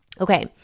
Okay